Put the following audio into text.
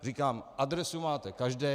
Říkám, adresu máte každý.